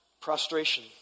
Prostration